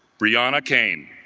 brianna kane,